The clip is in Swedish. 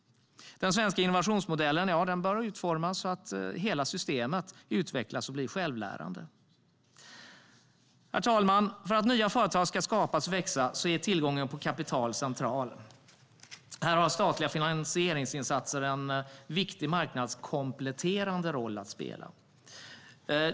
Den svenska innovationsmodellen bör utformas så att hela systemet utvecklas och blir självlärande. Herr talman! För att nya företag ska skapas och växa är tillgången till kapital central. Här har statliga finansieringsinsatser en viktig marknadskompletterande roll att spela.